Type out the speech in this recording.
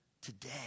Today